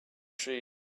sheep